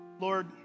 Lord